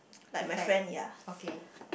like my friend ya